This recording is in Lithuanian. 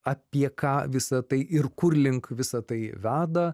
apie ką visa tai ir kur link visa tai veda